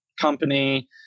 company